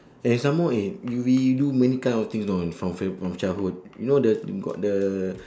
and some more eh we we do many kind of things you know from fa~ from childhood you know the got the